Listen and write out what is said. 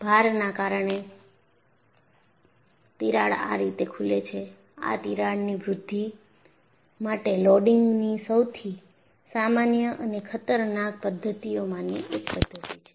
ભારના કારણે તિરાડ આ રીતે ખુલે છે આ તિરાડની વૃદ્ધિ માટે લોડિંગની સૌથી સામાન્ય અને ખતરનાક પદ્ધતિઓમાંની એક પદ્ધતિ છે